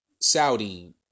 Saudi